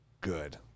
good